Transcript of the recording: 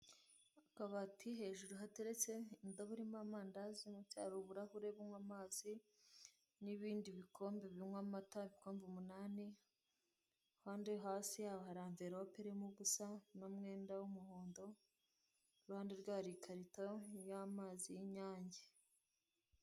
Akabati hejuru hateretse indobo irimo amandazi munsi hari uburahure bunywa amazi, ni ibindi bikombe binywa amata, ibikombe umunani kandi hasi yaho hari amvelope irimo ubusa n'umwenda w'umuhondo, iruhande rwayo hari ikarito iriho amazi y'inyange.